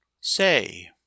Say